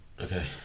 Okay